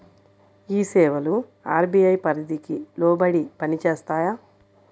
ఈ సేవలు అర్.బీ.ఐ పరిధికి లోబడి పని చేస్తాయా?